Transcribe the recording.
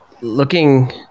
Looking